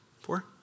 Four